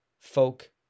folk